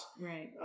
Right